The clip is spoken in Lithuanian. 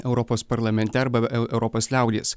europos parlamente arba eu europos liaudies